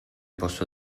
posso